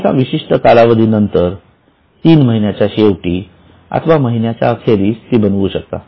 तुम्ही एका विशिष्ठ कालावधी नंतर तीन महिन्याच्या शेवटी किंवा महिन्याच्या अखेरीस ती बनवू शकता